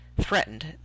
threatened